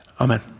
Amen